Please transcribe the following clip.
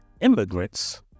immigrants